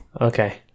Okay